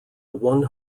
one